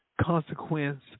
consequence